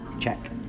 check